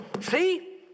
see